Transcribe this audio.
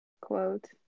quote